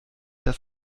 das